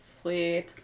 Sweet